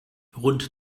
rund